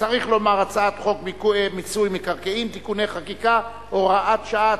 צריך לומר הצעת חוק מיסוי מקרקעין (תיקוני חקיקה) (הוראת שעה),